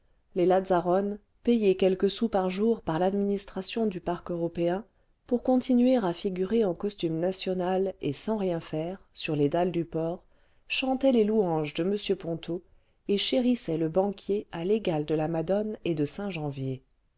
les lazzarones payés quelques sous par jour par l'administration du parc européen pour continuer à figurer en costume national et sans rien faire sur les dalles du port chantaient les louanges de m ponto et chérissaient le banquier à l'égal de la madone et de